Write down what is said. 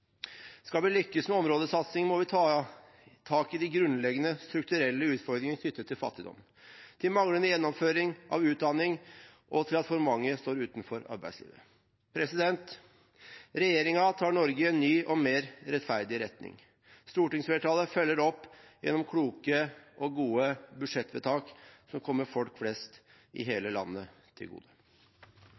Skal vi lykkes med områdesatsingene, må vi ta tak i de grunnleggende strukturelle utfordringene knyttet til fattigdom, til manglende gjennomføring av utdanning og til at for mange står utenfor arbeidslivet. Regjeringen tar Norge i en ny og mer rettferdig retning. Stortingsflertallet følger opp gjennom kloke og gode budsjettvedtak, som kommer folk flest i hele landet til gode.